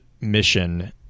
mission